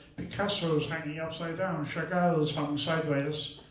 picassos hanging upside down, chagalls hung sideways,